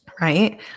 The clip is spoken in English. Right